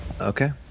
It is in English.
Okay